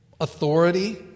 authority